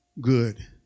Good